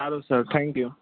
સારું sir thank you